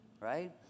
right